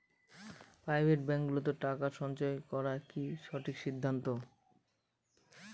Private ব্যাঙ্কগুলোতে টাকা সঞ্চয় করা কি সঠিক সিদ্ধান্ত?